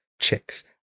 chicks